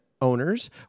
Owners